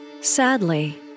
Sadly